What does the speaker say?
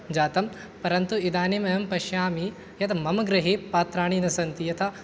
जातं परन्तु इदानीं अहं पश्यामि यद् मम गृहे पात्राणि न सन्ति यथा